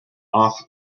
off